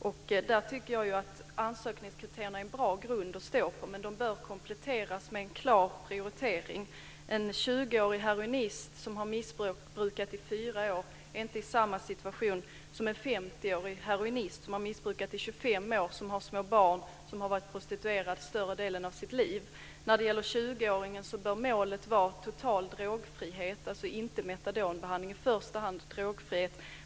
Jag tycker att ansökningskriterierna är en bra grund att stå på, men de bör kompletteras med en klar prioritering. En 20-årig heroinist som har missbrukat i fyra år är inte i samma situation som en 50-årig heroinist som har missbrukat i 25 år, har små barn och har varit prostituerad större delen av sitt liv. När det gäller 20-åringarna bör målet vara total drogfrihet, dvs. inte metadonbehandling.